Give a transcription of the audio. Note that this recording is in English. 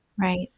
Right